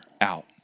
out